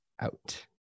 out